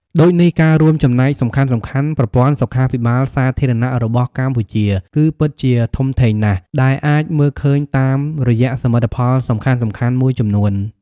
ដូចនេះការរួមចំណែកសំខាន់ៗប្រព័ន្ធសុខាភិបាលសាធារណៈរបស់កម្ពុជាគឺពិតជាធំធេងណាស់ ដែលអាចមើលឃើញតាមរយៈសមិទ្ធផលសំខាន់ៗមួយចំនួន។